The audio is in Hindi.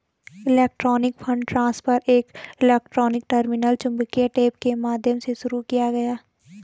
इलेक्ट्रॉनिक फंड ट्रांसफर एक इलेक्ट्रॉनिक टर्मिनल चुंबकीय टेप के माध्यम से शुरू किया गया